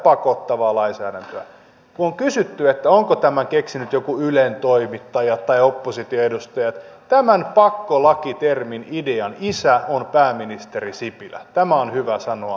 kun on kysytty onko tämän keksinyt joku ylen toimittaja tai oppositioedustaja niin tämän pakkolaki termin idean isä on pääministeri sipilä tämä on hyvä sanoa suoraan